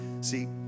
See